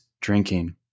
drinking